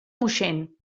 moixent